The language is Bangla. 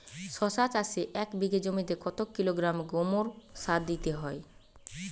শশা চাষে এক বিঘে জমিতে কত কিলোগ্রাম গোমোর সার দিতে হয়?